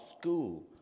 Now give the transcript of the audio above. school